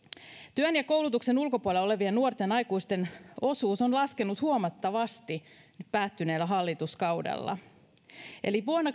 työn ja koulutuksen ulkopuolella olevien nuorten aikuisten osuus on laskenut huomattavasti päättyneellä hallituskaudella